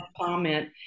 comment